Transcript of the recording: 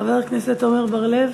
חבר הכנסת עמר בר-לב,